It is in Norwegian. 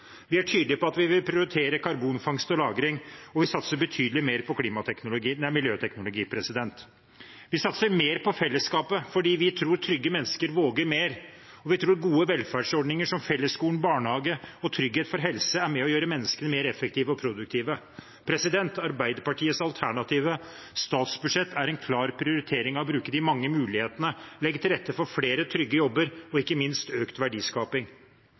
Vi er tydelig på at vi vil prioritere karbonfangst og -lagring, og vi satser betydelig mer på miljøteknologi. Vi satser mer på fellesskapet, fordi vi tror trygge mennesker våger mer, og vi tror gode velferdsordninger som fellesskolen, barnehage og trygghet for helse er med på å gjøre menneskene mer effektive og produktive. Arbeiderpartiets alternative statsbudsjett er en klar prioritering av å bruke de mange mulighetene, legge til rette for flere trygge jobber og ikke minst økt verdiskaping.